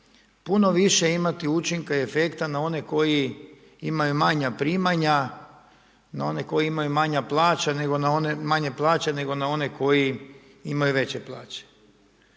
puno više imati učinka i efekta na one koji imaju manja primanja, na one koji imaju manje plaće, nego na one koji imaju veće plaće.